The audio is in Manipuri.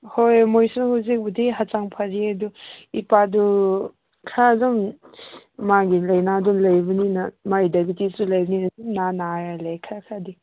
ꯍꯣꯏ ꯃꯣꯏꯁꯨ ꯍꯧꯖꯤꯛꯄꯨꯗꯤ ꯍꯛꯆꯥꯡ ꯐꯔꯤꯌꯦ ꯑꯗꯨ ꯏꯄꯥꯗꯨ ꯈꯔ ꯑꯗꯨꯝ ꯃꯥꯒꯤ ꯂꯥꯏꯅꯥꯗꯨ ꯂꯩꯕꯅꯤꯅ ꯃꯥꯒꯤ ꯗꯥꯏꯕꯦꯇꯤꯁꯁꯨ ꯂꯩꯕꯅꯤꯅ ꯑꯗꯨꯝ ꯅꯥꯔ ꯅꯥꯔ ꯂꯩꯌꯦ ꯈꯔ ꯈꯔꯗꯤ